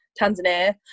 Tanzania